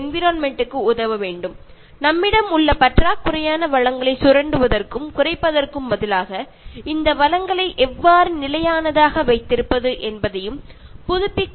എങ്ങനെയാണ് വീണ്ടും വീണ്ടും ഉപയോഗിക്കാവുന്ന വിഭവങ്ങളെ പരമാവധി ഉപയോഗപ്പെടുത്തി കൊണ്ട് വളരെ കുറച്ചു മാത്രം ഉപയോഗിക്കാൻ കഴിയുന്ന വിഭവങ്ങൾ ചൂഷണം ചെയ്യാതെ ഇരിക്കേണ്ടത് എന്ന് നാം മനസ്സിലാക്കേണ്ടതുണ്ട്